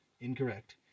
incorrect